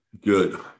Good